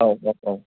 औ औ औ